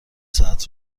ساعت